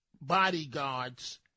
bodyguards